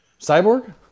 Cyborg